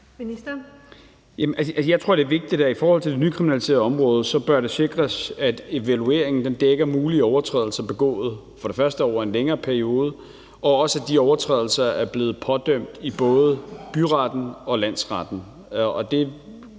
Jeg tror, det er vigtigt i forhold til det nykriminaliserede område, at det bør sikres, at evalueringen dækker mulige overtrædelser begået over en længere periode, og også, at de overtrædelser er blevet pådømt i både byretten og landsretten.